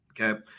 Okay